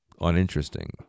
uninteresting